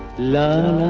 la